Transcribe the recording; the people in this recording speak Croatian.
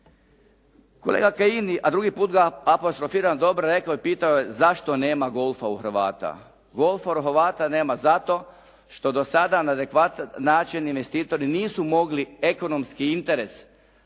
Kolega Kajin, a drugi put ga apostrofiram, dobro rekao i pita je, zašto nema golfa u Hrvata. Golfa u Hrvata nema zato što do sada na adekvatan način investitori nisu mogli ekonomski interes